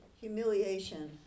humiliation